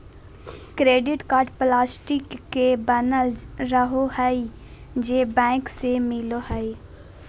credit card plastic के बनल रहो हइ जे बैंक से मिलो हइ